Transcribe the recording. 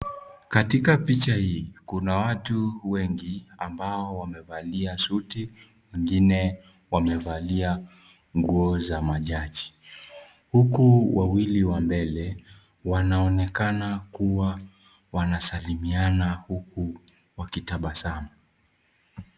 Katika picha hii, kuna watu wengi ambao wamevalia suti, wengine wamevalia nguo za majaji. Huku wawili wa mbele, wanaonekana kuwa wanasalimiana huku wakitabasamu.